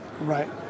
right